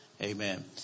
amen